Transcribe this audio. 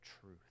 truth